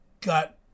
got